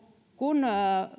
kun